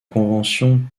convention